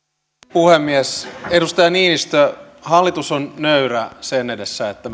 puhemies edustaja niinistö hallitus on nöyrä sen edessä että